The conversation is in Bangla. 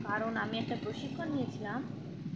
কারণ আমি একটা প্রশিক্ষণ নিয়েছিলাম